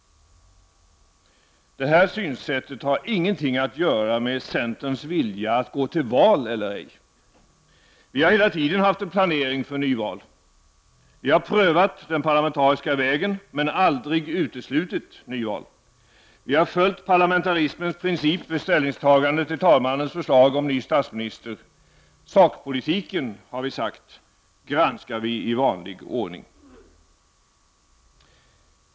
Det här synsättet har ingenting att göra med centerns vilja att gå till val eller ej. Vi i centern har hela tiden haft en planering för nyval. Vi har prövat den parlamentariska vägen, men aldrig uteslutit nyval. Vi har följt parlamentarismens princip vid ställningstagandet till talmannens förslag om ny statsminister. Sakpolitiken, har vi sagt, granskar vi i vanlig ordning.